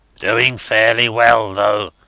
doing fairly well though.